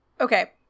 okay